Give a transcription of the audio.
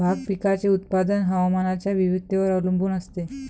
भाग पिकाचे उत्पादन हवामानाच्या विविधतेवर अवलंबून असते